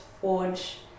forge